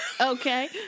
Okay